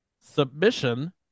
Submission